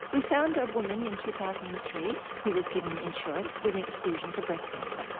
we found a woman in two thousand and three who was given insurance with an exclusion for breast cancer.